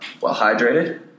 well-hydrated